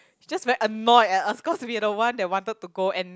just very annoyed at us cause we the one that wanted to go and